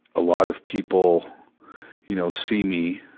a lot of people you know, see me,